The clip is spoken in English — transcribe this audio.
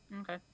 Okay